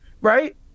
right